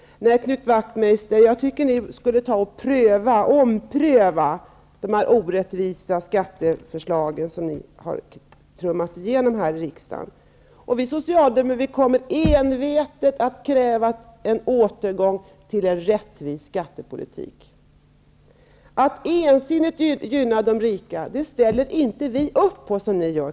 Nej, Knut Wachtmeister, jag tycker att ni skulle ompröva de orättvisa skatteförslag ni har trummat igenom här i riksdagen. Vi Socialdemokrater kommer envetet att kräva en återgång till en rättvis skattepolitik. Vi ställer inte som ni upp på att ensidigt gynna de rika.